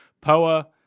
Poa